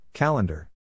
Calendar